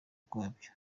kwabyo